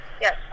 Yes